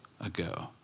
ago